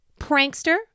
prankster